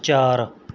ਚਾਰ